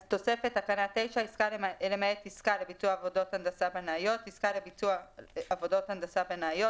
אני קוראת: עסקה למעט עסקה לביצוע עבודות הנדסה בנאיות